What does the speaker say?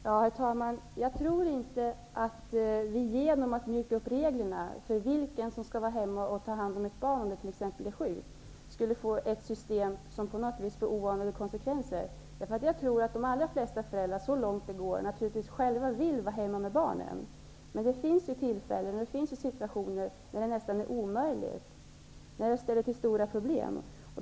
Herr talman! Jag tror inte att vi genom att mjuka upp reglerna om vem som skall vara hemma för att t.ex. ta hand om ett sjukt barn skapar ett system som på något vis får oanade konsekvenser. Jag tror nämligen att de allra flesta föräldrar, så långt det är möjligt, själva vill vara hemma med barnen. Men det finns tillfällen då det är nästan omöjligt, då detta ställer till stora problem.